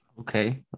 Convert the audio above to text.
Okay